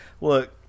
Look